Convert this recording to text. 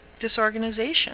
disorganization